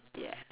ya